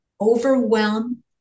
Overwhelm